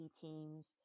teams